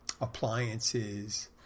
appliances